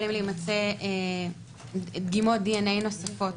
יכולות להימצא דגימות דנ"א נוספות.